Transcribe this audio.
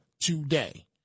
today